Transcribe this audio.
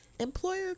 employer